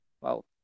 wow